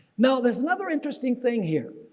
now there's another interesting thing here.